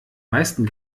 meisten